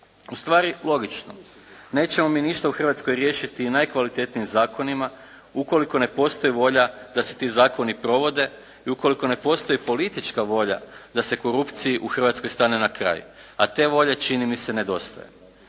U stvari, logično. Nećemo mi ništa u Hrvatskoj riješiti najkvalitetnijim zakonima ukoliko ne postoji volja da se ti zakoni provode i ukoliko ne postoji politička volja da se korupciji u Hrvatskoj stane na kraj a te volje čini mi se nedostaje.